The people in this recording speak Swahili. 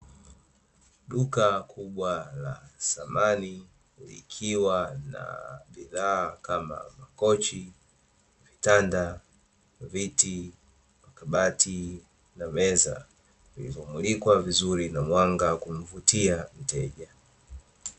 Duka kubwa la thamani, likiwa na bidhaa kama kochi, kitanda, viti, kabati na meza zilizomulikwa vizuri na mwanga wa kumvutia mteja.